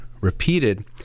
repeated